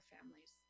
families